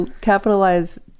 capitalize